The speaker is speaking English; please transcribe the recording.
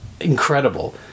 incredible